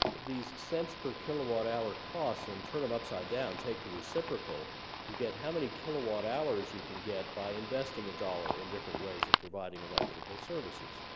these cents per kilowatt hour cost, and turn them upside down take the reciprocal you get how many kilowatt hours you can get by investing a dollar in different ways of providing electrical services.